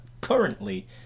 currently